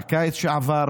בקיץ שעבר?